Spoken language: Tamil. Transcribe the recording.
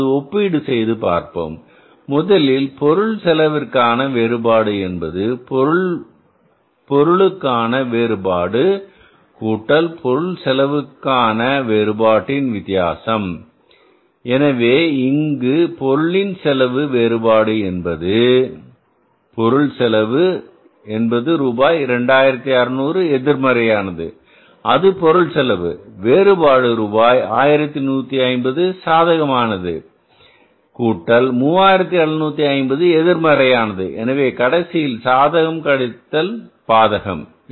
இப்போது ஒப்பீடு செய்து பார்ப்போம் முதலில் பொருள் செலவிற்கான வேறுபாடு என்பது பொருள்களுக்கான வேறுபாடு கூட்டல் பொருள் செலவுக்கான வேறுபாட்டின் வித்தியாசம் எனவே இங்கு பொருளின் செலவு வேறுபாடு என்பது என்ன பொருள் செலவு என்பது ரூபாய் 2600 எதிர்மறையானது அது பொருள் செலவு வேறுபாடு ரூபாய் 1150 சாதகமானது கூட்டல் 3750 எதிர்மறையானது எனவே கடைசியில் சாதகம் கழித்தல் பாதகம்